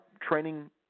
training